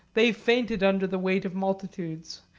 they fainted under the weight of multitudes,